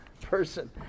person